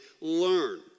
learn